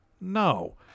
No